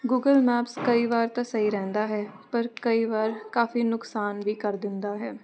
Google maps ਕਈ ਵਾਰ ਤਾਂ ਸਹੀ ਰਹਿੰਦਾ ਹੈ ਪਰ ਕਈ ਵਾਰ ਕਾਫ਼ੀ ਨੁਕਸਾਨ ਵੀ ਕਰ ਦਿੰਦਾ ਹੈ